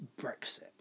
Brexit